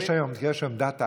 יש היום דת האקלים,